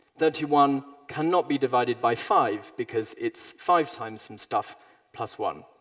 thirty one cannot be divided by five because it's five times some stuff plus one,